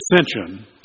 ascension